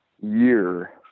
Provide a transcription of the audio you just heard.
year